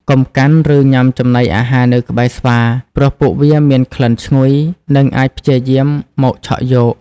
កុំកាន់ ឬញ៉ាំចំណីអាហារនៅក្បែរស្វា ព្រោះពួកវាមានក្លិនឈ្ងុយ និងអាចព្យាយាមមកឆក់យក។